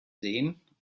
sehen